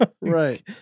Right